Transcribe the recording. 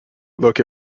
look